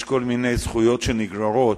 יש כל מיני זכויות שנגררות,